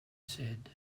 said